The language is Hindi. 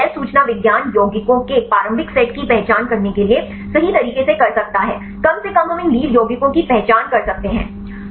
इसलिए जैव सूचना विज्ञान यौगिकों के प्रारंभिक सेट की पहचान करने के लिए सही तरीके से कर सकता है कम से कम हम इन लीड यौगिकों की पहचान कर सकते हैं